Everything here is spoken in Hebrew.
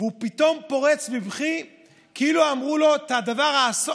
והוא פתאום פורץ בבכי כאילו אמרו לו את דבר האסון.